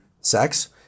sex